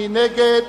מי נגד?